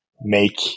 make